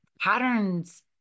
patterns